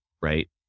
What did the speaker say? right